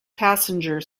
passenger